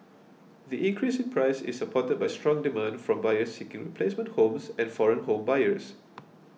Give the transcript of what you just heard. the increase in price is supported by strong demand from buyers seeking replacement homes and foreign home buyers